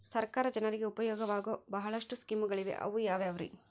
ಸರ್ಕಾರ ಜನರಿಗೆ ಉಪಯೋಗವಾಗೋ ಬಹಳಷ್ಟು ಸ್ಕೇಮುಗಳಿವೆ ಅವು ಯಾವ್ಯಾವ್ರಿ?